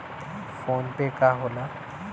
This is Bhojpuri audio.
फोनपे का होला?